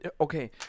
Okay